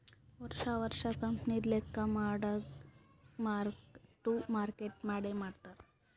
ವರ್ಷಾ ವರ್ಷಾ ಕಂಪನಿದು ಲೆಕ್ಕಾ ಮಾಡಾಗ್ ಮಾರ್ಕ್ ಟು ಮಾರ್ಕೇಟ್ ಮಾಡೆ ಮಾಡ್ತಾರ್